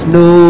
no